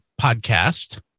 podcast